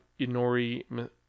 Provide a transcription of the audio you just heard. Inori